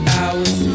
hours